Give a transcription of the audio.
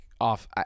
off